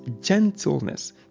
gentleness